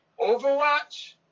Overwatch